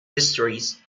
mysteries